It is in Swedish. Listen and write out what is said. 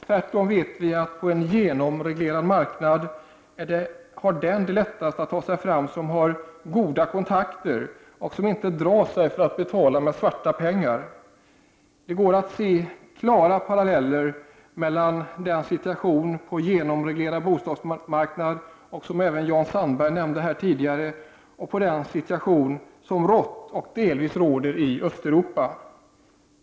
Tvärtom vet vi att på en genomreglerad marknad har den lättast att ta sig fram som har goda kontakter och som inte drar sig för att betala svarta pengar. Det går att se klara paralleller mellan situationen på den genomreglerade bostadsmarknaden, som också Jan Sandberg nämnde här förut, och den situation som rått och fortfarande delvis råder i Östeuropa.